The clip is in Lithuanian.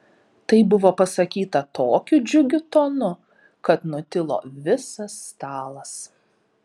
tai buvo pasakyta tokiu džiugiu tonu kad nutilo visas stalas